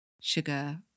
sugar